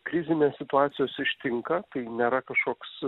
krizinės situacijos ištinka kai nėra kažkoks